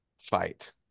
fight